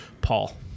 Paul